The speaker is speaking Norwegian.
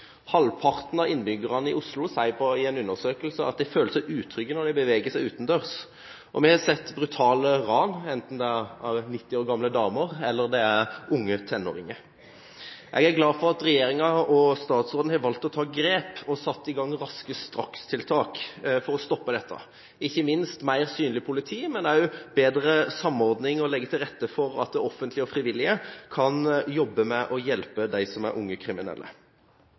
Halvparten av innbyggerne i Oslo sier i en undersøkelse at de føler seg utrygge når de beveger seg utendørs. Vi har sett brutale ran, enten det er av 90 år gamle damer, eller det er av unge tenåringer. Jeg er glad for at regjeringa og statsråden har valgt å ta grep og har satt i gang raske strakstiltak for å stoppe dette – mer synlig politi, ikke minst, men også en bedre samordning ved å legge til rette for at det offentlige og de frivillige kan jobbe med å hjelpe dem som er unge kriminelle.